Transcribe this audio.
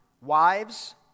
wives